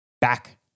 Back